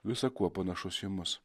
visa kuo panašus į mus